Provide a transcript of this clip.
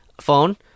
phone